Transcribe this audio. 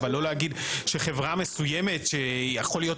אבל לא להגיד שחברה מסוימת שיכול להיות